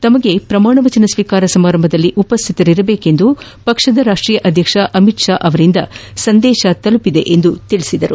ತಮಗೆ ಪ್ರಮಾಣವಚನ ಸ್ವೀಕಾರ ಸಮಾರಂಭದಲ್ಲಿ ಉಪಶ್ಶಿತರಿರುವಂತೆ ಪಕ್ಷದ ರಾಷ್ಟೀಯ ಅಧ್ಯಕ್ಷ ಅಮಿತ್ ಪಾ ಅವರಿಂದ ಸಂದೇಶ ತಲುಪಿದೆ ಎಂದು ತಿಳಿಸಿದರು